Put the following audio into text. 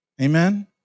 Amen